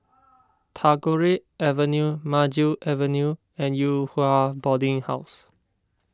Tagore Avenue Maju Avenue and Yew Hua Boarding House